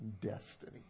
destiny